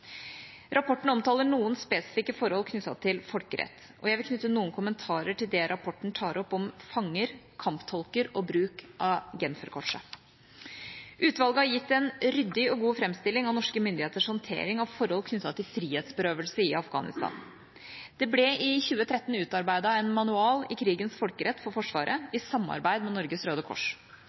Rapporten omtaler noen spesifikke forhold knyttet til folkerett, og jeg vil knytte noen kommentarer til det rapporten tar opp om fanger, kamptolker og bruk av genferkorset. Utvalget har gitt en ryddig og god framstilling av norske myndigheters håndtering av forhold knyttet til frihetsberøvelse i Afghanistan. Det ble i 2013 utarbeidet en manual i krigens folkerett for Forsvaret, i samarbeid med Norges Røde Kors.